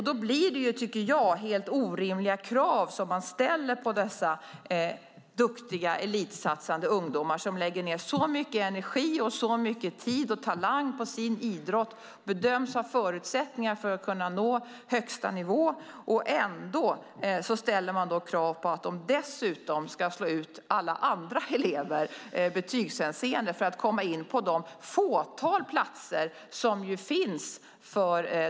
Det är orimliga krav som man ställer på dessa duktiga elitsatsande ungdomar som lägger ned så mycket energi, tid och talang på sin idrott och som bedöms ha förutsättningar att nå högsta nivå. Ändå ställer man krav på att de dessutom i betygshänseende ska slå ut alla andra elever för att komma in på det fåtal platser som finns.